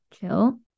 chill